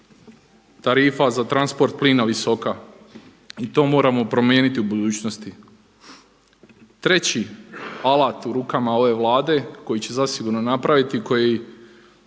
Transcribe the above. tarifa za transport plina visoka i to moramo promijeniti u budućnosti. Treći alat u rukama ove Vlade koji će zasigurno napraviti koji